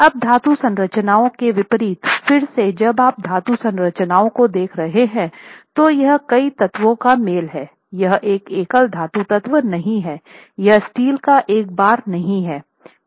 अब धातु संरचनाएं के विपरीत फिर से जब आप धातु संरचनाओं को देख रहे हैं तो यह कई तत्वों का मेल है यह एक एकल धातु तत्व नहीं है यह स्टील का एक बार नहीं है